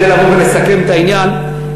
רק לבוא ולסכם את העניין,